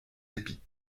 épis